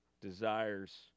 desires